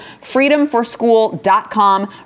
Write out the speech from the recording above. freedomforschool.com